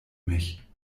mich